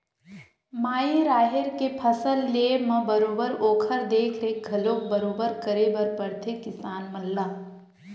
माई राहेर के फसल लेय म बरोबर ओखर देख रेख घलोक बरोबर करे बर परथे किसान मन ला